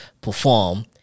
perform